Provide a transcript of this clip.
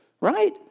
right